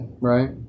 Right